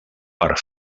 per